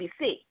ABC